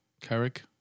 Carrick